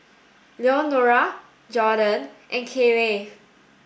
Leonora Jordon and Kayleigh